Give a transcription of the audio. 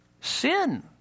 sin